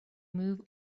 move